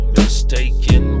mistaken